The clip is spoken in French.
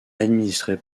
administré